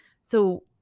So-